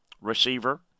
receiver